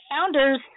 founders